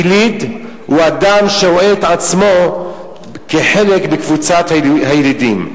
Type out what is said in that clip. יליד הוא אדם שרואה את עצמו כחלק מקבוצת הילידים.